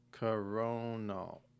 coronal